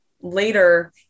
later